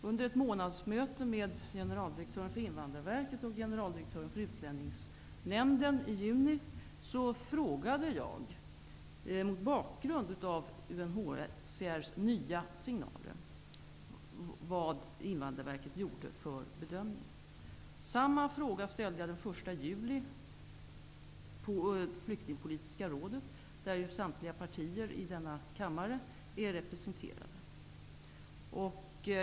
Under ett månadsmöte i juni med generaldirektören för Invandrarverket och generaldirektören för Utlänningsnämnden frågade jag, mot bakgrund av UNHCR:s nya signaler, vad Invandrarverket gjorde för bedömning. Samma fråga ställde jag den 1 juli på Flyktingpolitiska rådet, där samtliga partier i denna kammare är representerade.